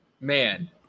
man